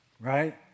right